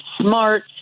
smart